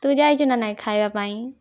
ତୁ ଯାଇଛୁ ନା ନାହିଁ ଖାଇବା ପାଇଁ